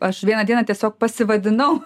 aš vieną dieną tiesiog pasivadinau